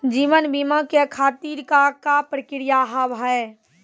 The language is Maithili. जीवन बीमा के खातिर का का प्रक्रिया हाव हाय?